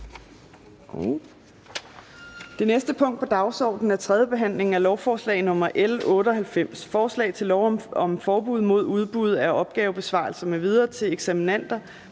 Det næste punkt på dagsordenen er: 6) 3. behandling af lovforslag nr. L 98: Forslag til lov om forbud mod udbud af opgavebesvarelser m.v. til eksaminander